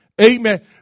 amen